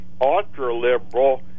ultra-liberal